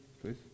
please